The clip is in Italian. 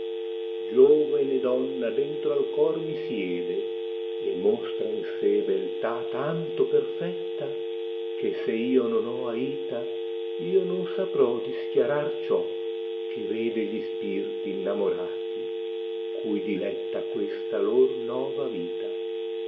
iovene donna dentro al cor mi siede e mostra in sé beltà tanto perfetta ghe se io non ho aita io non saprò dischiara ciò che vede gli spirti innamorati cui diletta questa lor nova vita